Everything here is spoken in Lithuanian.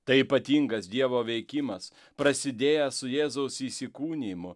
tai ypatingas dievo veikimas prasidėjęs su jėzaus įsikūnijimu